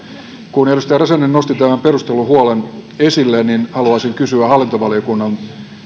kun edustaja räsänen nosti tämän perustellun huolen esille niin haluaisin kysyä hallintovaliokunnan